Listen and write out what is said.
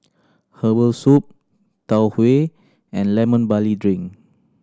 herbal soup Tau Huay and Lemon Barley Drink